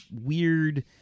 weird